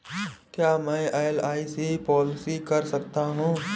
क्या मैं LIC policy कर सकता हूं?